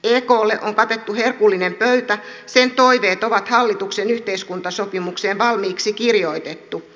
eklle on katettu herkullinen pöytä sen toiveet on hallituksen yhteiskuntasopimukseen valmiiksi kirjoitettu